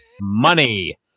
Money